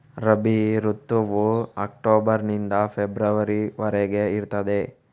ರಬಿ ಋತುವು ಅಕ್ಟೋಬರ್ ನಿಂದ ಫೆಬ್ರವರಿ ವರೆಗೆ ಇರ್ತದೆ